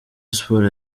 sports